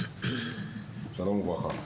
שלום וברכה.